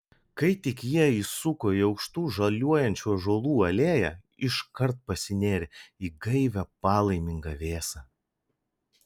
kai tik jie įsuko į aukštų žaliuojančių ąžuolų alėją iškart pasinėrė į gaivią palaimingą vėsą